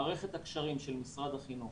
מערכת הקשרים של משרד החינוך